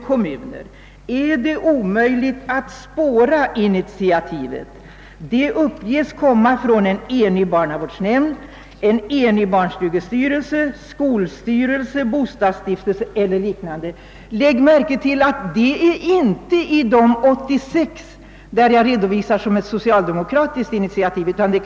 kommu ner centerpartimotioner har väckts, i en kommun en mittenmotion framlagts och i fem av de 115 kommunerna folkpartiinitiativ tagits.